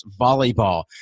volleyball